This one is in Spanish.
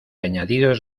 añadidos